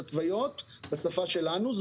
בשפה שלנו,